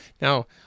Now